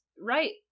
right